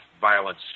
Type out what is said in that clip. violence